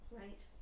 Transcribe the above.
right